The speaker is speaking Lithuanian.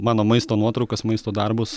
mano maisto nuotraukas maisto darbus